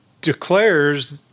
declares